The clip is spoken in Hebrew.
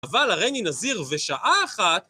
אבל הריני נזיר ושעה אחת...